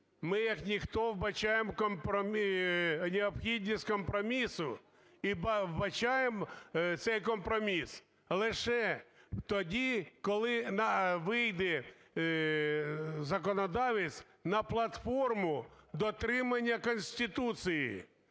ми як ніхто вбачаємо необхідність компромісу і вбачаємо цей компроміс лише тоді, коли вийде законодавець на платформу дотримання Конституції.